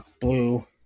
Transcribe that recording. Blue